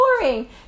boring